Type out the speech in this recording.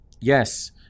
yes